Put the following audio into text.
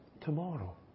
tomorrow